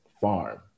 farm